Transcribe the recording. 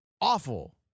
awful